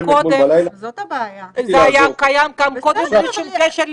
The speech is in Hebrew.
זה היה גם קודם בלי שום קשר לקורונה,